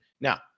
Now